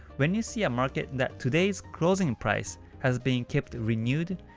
when you see a market that today's closing price has been kept renewed,